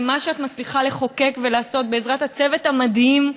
מה שאת מצליחה לחוקק ולעשות בעזרת הצוות המדהים,